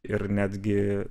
ir netgi